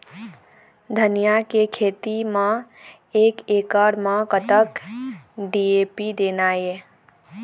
धनिया के खेती म एक एकड़ म कतक डी.ए.पी देना ये?